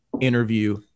interview